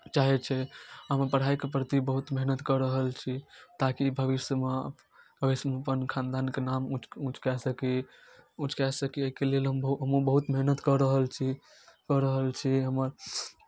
चाहै छै हम पढ़ाइके प्रति बहुत मेहनति कऽ रहल छी ताकि भविष्यमे भविष्यमे अपन खानदानके नाम ऊँच ऊँच कए सकी ऊँच कए सकी ओहिके लेल हम बहु हमहूँ बहुत मेहनति कऽ रहल छी कऽ रहल छी हमर